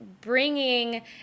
bringing